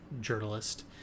journalist